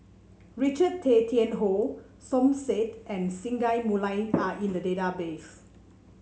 Richard Tay Tian Hoe Som Said and Singai Mukilan are in the database